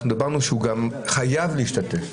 אנחנו דיברנו שהוא גם חייב להשתתף,